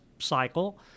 cycle